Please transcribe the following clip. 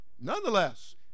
nonetheless